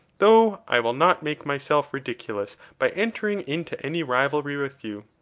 though i will not make myself ridiculous by entering into any rivalry with you.